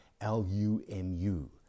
L-U-M-U